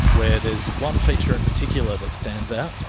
where there's one feature in particular that stands out.